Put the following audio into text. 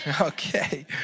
Okay